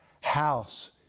house